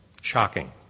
shocking